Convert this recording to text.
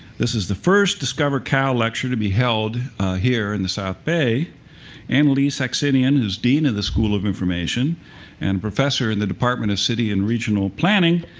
this is the first discover cal lecture to be held here in the south bay. and annalee saxenian is dean of the school of information and professor in the department of city and regional planning.